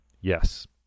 yes